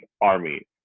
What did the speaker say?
Army